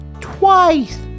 twice